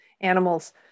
animals